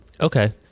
Okay